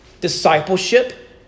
discipleship